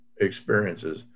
experiences